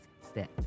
step